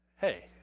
hey